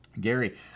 gary